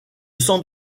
centre